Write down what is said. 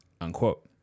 unquote